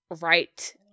right